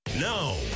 No